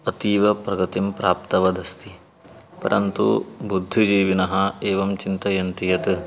अतीव प्रगतिं प्राप्तवदस्ति परन्तु बुद्धिजीविनः एवं चिन्तयन्ति यत्